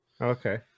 okay